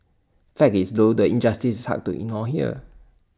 fact is though the injustice is hard to ignore here